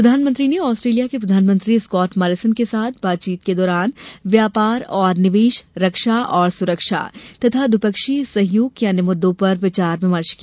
प्रधानमंत्री ने ऑस्ट्रेलिया के प्रधानमंत्री स्कॉट मॉरिसन के साथ बातचीत के दौरान व्यापार और निवेश रक्षा और सुरक्षा तथा द्विपक्षीय सहयोग के अन्य मुद्दों पर विचार विमर्श किया